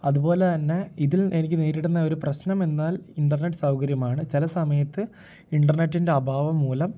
അതുപോലെ തന്നെ ഇതിൽ എനിക്ക് നേരിടുന്ന ഒരു പ്രശ്നം എന്നാൽ ഇന്റര്നെറ്റ് സൗകര്യമാണ് ചില സമയത്ത് ഇൻ്റർനെറ്റിൻ്റെ അഭാവം മൂലം